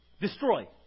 Destroy